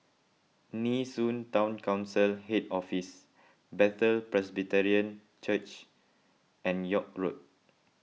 Nee Soon Town Council Head Office Bethel Presbyterian Church and York Road